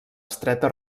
estreta